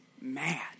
mad